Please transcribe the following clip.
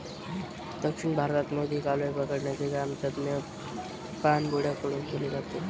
दक्षिण भारतात मोती, कालवे पकडण्याचे काम तज्ञ पाणबुड्या कडून केले जाते